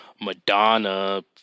Madonna